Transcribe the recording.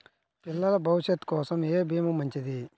పిల్లల భవిష్యత్ కోసం ఏ భీమా మంచిది?